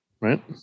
right